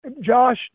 Josh